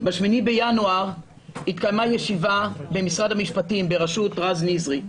ב-8 בינואר התקיימה ישיבה במשרד המשפטים ברשות רז נזרי,